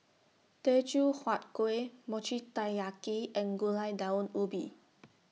Teochew Huat Kuih Mochi Taiyaki and Gulai Daun Ubi